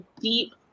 deep